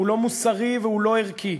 הוא לא מוסרי והוא לא ערכי.